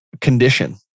condition